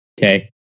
Okay